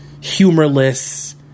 humorless